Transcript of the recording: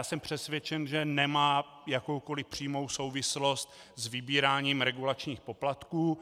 Jsem přesvědčen, že nemá jakoukoli přímou souvislost s vybíráním regulačních poplatků.